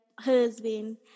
husband